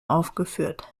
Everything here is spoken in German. aufgeführt